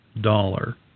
dollar